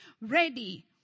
ready